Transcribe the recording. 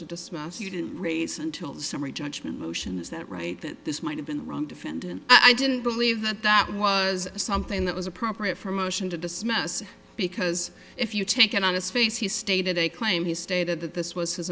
to dismiss you didn't raise until the summary judgment motion is that right that this might have been wrong defendant i didn't believe that that was something that was appropriate for a motion to dismiss because if you take an honest face he stated a claim he stated that this was his